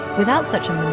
without such a